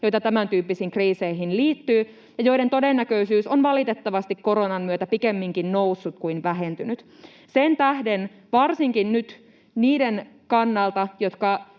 joita tämäntyyppisiin kriiseihin liittyy ja joiden todennäköisyys on valitettavasti koronan myötä pikemminkin noussut kuin vähentynyt. Sen tähden varsinkin nyt niiden kannalta, jotka